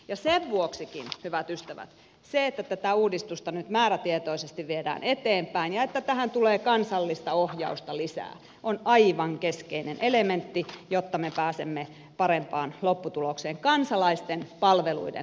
ja senkin vuoksi hyvät ystävät se että tätä uudistusta nyt määrätietoisesti viedään eteenpäin ja että tähän tulee kansallista ohjausta lisää on aivan keskeinen elementti jotta me pääsemme parempaan lopputulokseen kansalaisten palveluiden kannalta